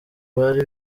bari